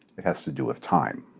it has to do with time.